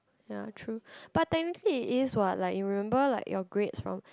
ya true but technically it is what like remember like your grades from